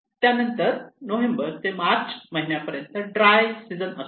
त्यानंतर नोव्हेंबर ते मार्च महिन्यापर्यंत ड्राय सीजन असतो